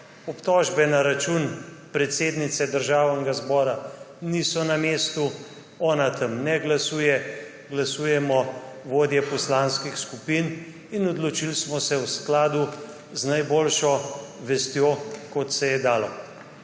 Obtožbe na račun predsednice Državnega zbora niso na mestu. Ona tam ne glasuje, glasujemo vodje poslanskih skupin. In odločili smo se v skladu z najboljšo vestjo, kot se je dalo.